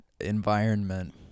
environment